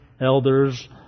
elders